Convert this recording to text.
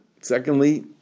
Secondly